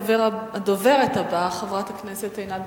הדוברת הבאה, חברת הכנסת עינת